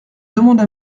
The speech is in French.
demande